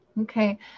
Okay